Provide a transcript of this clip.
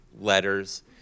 letters